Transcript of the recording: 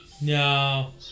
No